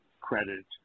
credit